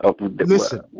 Listen